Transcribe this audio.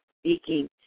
speaking